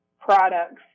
products